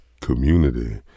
community